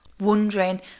Wondering